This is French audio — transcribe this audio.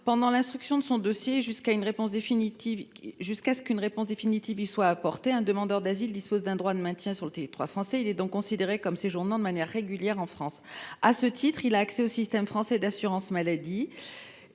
Pendant l’instruction de son dossier et jusqu’à ce qu’il reçoive une réponse définitive, un demandeur d’asile dispose d’un droit au maintien sur le territoire français. Il est donc considéré comme séjournant de manière régulière en France. À ce titre, il a accès au système français d’assurance maladie.